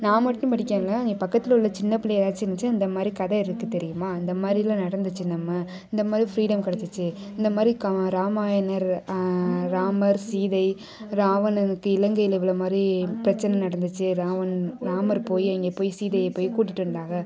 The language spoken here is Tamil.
நான் மட்டும் படிக்கலை என் பக்கத்தில் உள்ள சின்ன பிள்ளைகள் ஏதாச்சும் இருந்துச்சுன்னால் இந்த மாதிரி கதை இருக்குது தெரியுமா இந்த மாதிரிலாம் நடந்துச்சு நம்ம இந்த மாதிரி ஃப்ரீடம் கிடைச்சிச்சு இந்த மாதிரி க ராமாயணம் ராமர் சீதை ராவணனுக்கு இலங்கையில் இவ்வளோ மாதிரி பிரச்சனை நடந்துச்சு ராவணன் ராமர் போய் அங்கே போய் சீதையை போய் கூட்டிகிட்டு வந்தாங்க